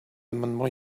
amendements